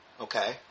Okay